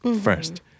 first